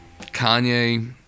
Kanye